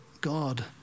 God